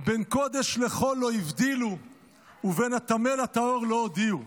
בין קדש לחל לא הבדילו ובין הטמא לטהור לא הודיעו".